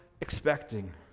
expecting